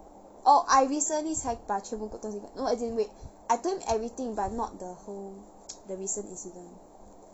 oh I recently 才把全部的东西跟 no as in wait I told him everything but not the whole the recent incident